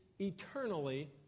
eternally